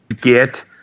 get